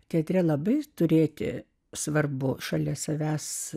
keturi labai turėti svarbu šalia savęs